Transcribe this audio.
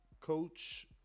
Coach